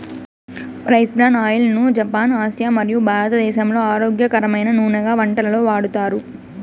rice bran oil ను Japan, Asia మరియు భారతదేశంలో ఆరోగ్యకరమైన నూనెగా వంటలలో వాడతారు